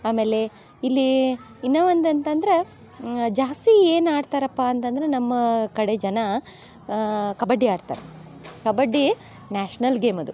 ಆಮೇಲೆ ಇಲ್ಲಿ ಇನ್ನೂ ಒಂದು ಅಂತಂದ್ರೆ ಜಾಸ್ತಿ ಏನು ಆಡ್ತಾರಪ್ಪ ಅಂತಂದ್ರೆ ನಮ್ಮ ಕಡೆ ಜನ ಕಬಡ್ಡಿ ಆಡ್ತಾರೆ ಕಬಡ್ಡಿ ನ್ಯಾಷ್ನಲ್ ಗೇಮ್ ಅದು